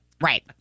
Right